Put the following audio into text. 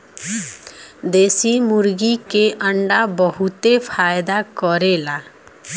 देशी मुर्गी के अंडा बहुते फायदा करेला